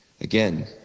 Again